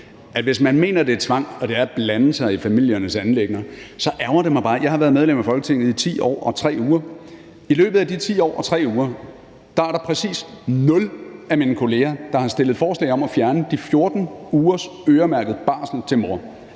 hvis man mener, at det er tvang, og at det er at blande sig i familiernes anliggender, så ærgrer det mig bare. Jeg har været medlem af Folketinget i 10 år og 3 uger. I løbet af de 10 år og 3 uger er der præcis nul af mine kolleger, der har fremsat forslag om at fjerne de 14 ugers øremærkede barsel til mor.